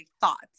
thoughts